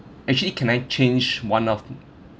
actually can I change one of